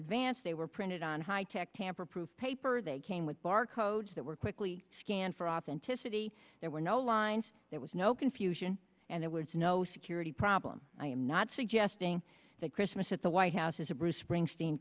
advance they were printed on high tech tamper proof paper that came with bar codes that were quickly scanned for authenticity there were no lines there was no confusion and there was no security problem i am not suggesting that christmas at the white house is a bruce springsteen